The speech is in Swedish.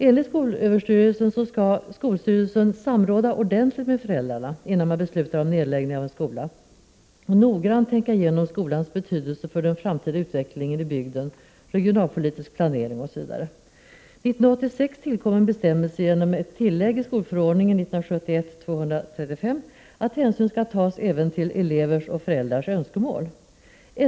Enligt skolöverstyrelsens föreskrifter skall skolstyrelsen ordentligt samråda med föräldrarna innan man beslutar om nedläggning av en skola och noggrant tänka igenom skolans betydelse för den framtida utvecklingen i bygden, den regionalpolitiska planeringen osv. 1986 tillkom en bestämmelse genom ett tillägg i skolförordningen , att hänsyn skall tas även till elevers och föräldrars önskemål.